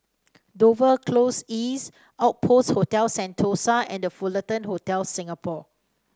Dover Close East Outpost Hotel Sentosa and Fullerton Hotel Singapore